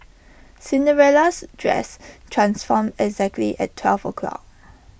Cinderella's dress transformed exactly at twelve o'clock